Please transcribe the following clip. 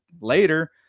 later